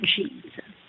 Jesus